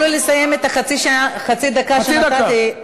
תנו לו לסיים את חצי הדקה שנתתי,